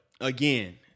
again